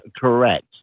correct